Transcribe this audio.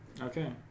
Okay